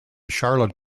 charlotte